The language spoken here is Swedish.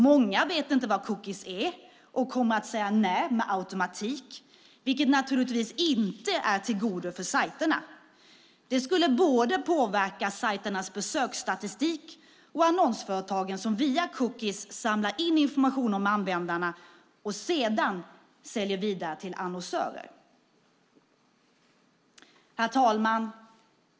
Många vet inte vad cookies är och kommer att säga nej med automatik, vilket naturligtvis inte är till godo för sajterna. Det skulle påverka både sajternas besöksstatistik och annonsföretagen, som via cookies samlar in information om användarna och sedan säljer vidare till annonsörer. Herr talman!